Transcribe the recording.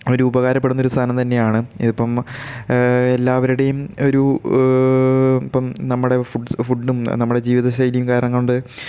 ഒരു ഉപകാരപ്പെടുന്ന ഒരു സാധനം തന്നെയാണ് ഇതിപ്പം എല്ലാവരുടെയും ഒരു ഇപ്പം നമ്മുടെ ഫുഡ്സ് ഫുഡ്ഡും നമ്മുടെ ജീവിതശൈലിയും കാരണം കൊണ്ട്